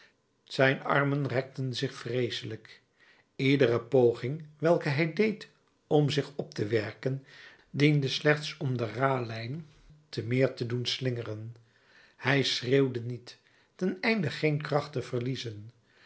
zijn armen rekten zich vreeselijk iedere poging welke hij deed om zich op te werken diende slechts om de ralijn te meer te doen slingeren hij schreeuwde niet ten einde geen kracht te verliezen